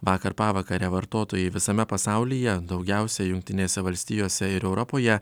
vakar pavakare vartotojai visame pasaulyje daugiausiai jungtinėse valstijose ir europoje